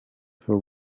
for